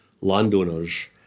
landowners